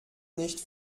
nicht